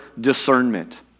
discernment